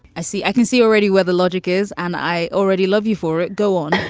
i see. i can see already where the logic is. and i already love you for it. go on